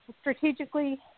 strategically